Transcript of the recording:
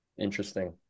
Interesting